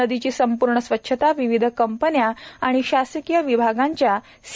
नदीची संपूर्ण स्वच्छता विविध कंपन्या आणि शासकीय विभागांच्या सी